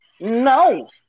no